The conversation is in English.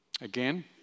Again